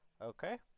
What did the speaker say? Okay